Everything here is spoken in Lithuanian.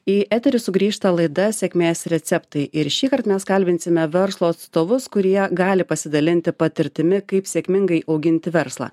į eterį sugrįžta laida sėkmės receptai ir šįkart mes kalbinsime verslo atstovus kurie gali pasidalinti patirtimi kaip sėkmingai auginti verslą